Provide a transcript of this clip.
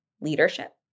leadership